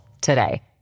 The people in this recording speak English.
today